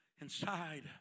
inside